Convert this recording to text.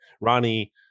Ronnie